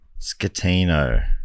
Scatino